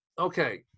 okay